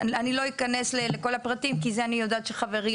אני לא אכנס לכל הפרטים כי זה אני יודעת שחברי,